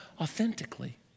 authentically